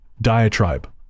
diatribe